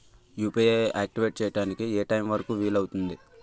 UPI activate చెయ్యడానికి ఏ time వరుకు వీలు అవుతుంది?